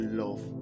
love